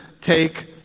take